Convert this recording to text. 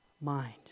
mind